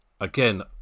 Again